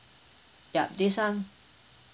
yup this one